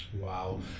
Wow